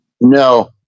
No